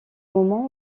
moment